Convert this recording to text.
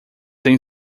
tem